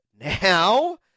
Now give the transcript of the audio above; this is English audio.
now